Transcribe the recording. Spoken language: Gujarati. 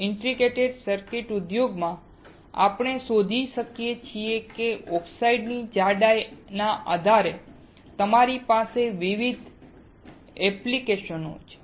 ઇન્ટિગ્રેટેડ સર્કિટ ઉદ્યોગમાં આપણે શોધીએ છીએ કે ઓક્સાઇડની જાડાઈના આધારે તમારી પાસે વિવિધ એપ્લિકેશન્સ છે